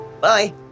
Bye